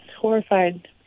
horrified